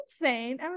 insane